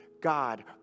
God